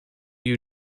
you